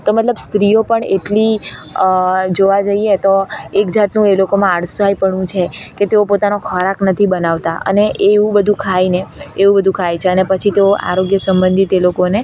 તો મતલબ સ્ત્રીઓ પણ એટલી જોવા જઈએ તો એક જાતનું એ લોકોમાં આળસાઈપણું છે કે તેઓ પોતાનો ખોરાક નથી બનાવતાં અને એવું બધું ખાઈને એવું બધું ખાય છે અને પછી તો આરોગ્ય સંબંધિત એ લોકોને